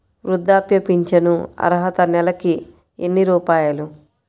వృద్ధాప్య ఫింఛను అర్హత నెలకి ఎన్ని రూపాయలు?